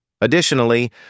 Additionally